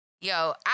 Yo